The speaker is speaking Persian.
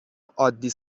عادی